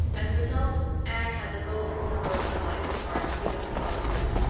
as a result, anne had the golden summer of her life as far as freedom and frolic went.